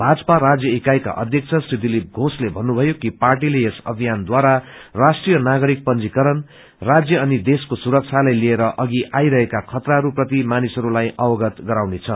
भाजपा राज्य इकाईका अध्यक्ष श्री दिलीप घोषले भन्नुभयो कि पार्टीले यस अभियानद्वारा राष्ट्रीय नागरिक पंजीकरण राज्य अनि देशको सुरक्षालाई लिएर अघि आइरहेका खतराहरू प्रति मानिसहरूलाई अवगत गराउनेछ